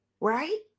Right